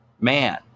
Man